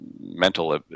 mental